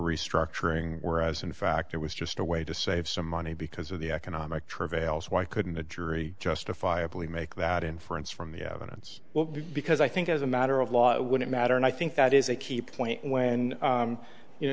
restructuring whereas in fact it was just a way to save some money because of the economic travails why couldn't the jury justifiably make that inference from the evidence well because i think as a matter of law wouldn't matter and i think that is a key point when you know